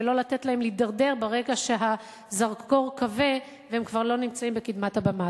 ולא לתת להם להידרדר ברגע שהזרקור כבה והם כבר לא נמצאים בקדמת הבמה.